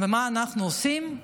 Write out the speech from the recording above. ומה אנחנו עושים?